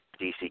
DC